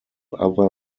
other